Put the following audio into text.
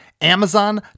Amazon